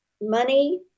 money